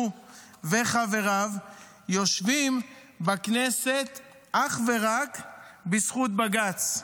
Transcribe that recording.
וחבריו יושבים בכנסת אך ורק בזכות בג"ץ.